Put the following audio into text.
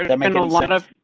and um and lot of